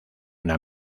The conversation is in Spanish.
una